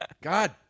God